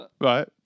Right